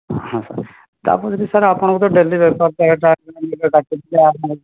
ହଁ ସାର୍ ତା'ପରେ ଯଦି ସାର୍ ଆପଣଙ୍କ ତ ଡେଲି ବେପାର ସାର୍